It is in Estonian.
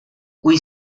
kui